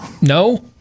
No